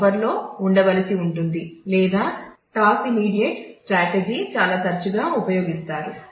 buffer పునః స్థాపన పరంగా చాలా వాటిని పిన్ బ్లాక్ చాలా తరచుగా ఉపయోగిస్తారు